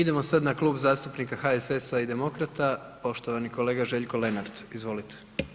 Idemo sad na Klub zastupnika HSS-a i Demokrata, poštovani kolega Željko Lenart, izvolite.